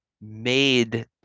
made